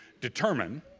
determine